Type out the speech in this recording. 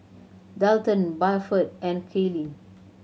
Delton Buford and Kayli